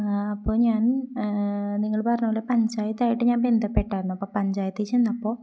അപ്പോൾ ഞാൻ നിങ്ങൾ പറഞ്ഞതു പോലെ പഞ്ചായത്തായിട്ട് ഞാൻ ബന്ധപ്പെട്ടായിരുന്നു അപ്പം പഞ്ചായത്തിൽ ചെന്നപ്പോൾ